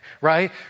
right